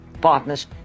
partners